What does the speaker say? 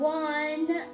one